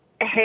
Hey